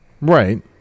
Right